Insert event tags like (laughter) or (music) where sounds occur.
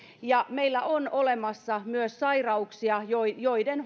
meillä on olemassa myös sairauksia joiden (unintelligible)